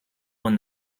when